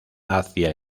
hacia